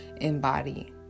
embody